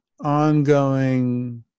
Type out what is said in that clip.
ongoing